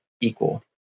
equal